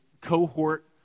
cohort